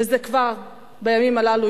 וזה יקרה כבר בימים הללו,